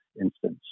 instance